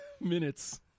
minutes